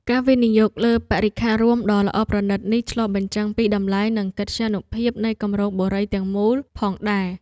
ការវិនិយោគលើបរិក្ខាររួមដ៏ល្អប្រណីតនេះឆ្លុះបញ្ចាំងពីតម្លៃនិងកិត្យានុភាពនៃគម្រោងបុរីទាំងមូលផងដែរ។